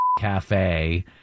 cafe